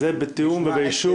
זה בתיאום ובאישור.